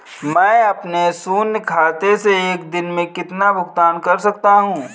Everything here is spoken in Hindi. मैं अपने शून्य खाते से एक दिन में कितना भुगतान कर सकता हूँ?